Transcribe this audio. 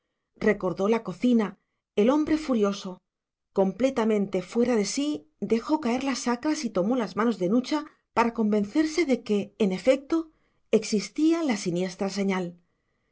recordó la cocina el hombre furioso completamente fuera de sí dejó caer las sacras y tomó las manos de nucha para convencerse de que en efecto existía la siniestra señal